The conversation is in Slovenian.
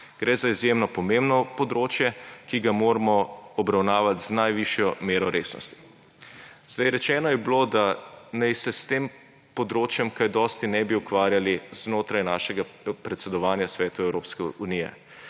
Gre za izjemno pomembno področje, ki ga moramo obravnavati z najvišjo mero resnosti. Rečeno je bilo, naj se s tem področje kaj dosti ne bi ukvarjali znotraj našega predsedovanja v Svetu Evropske unije.